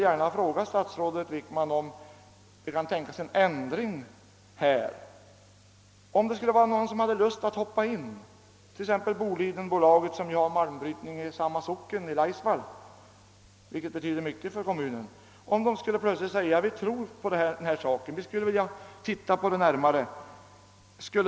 Jag vill fråga statsrådet Wickman om det finns någon möjlighet att genomföra en ändring i detta avseende, så att även andra intressenter — t.ex. Bolidenbolaget, som nu bedriver malmbrytning i Laisvall inom samma kommun — om de skulle förklara sig villiga att satsa på detta kunde få möjlighet härtill.